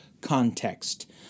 context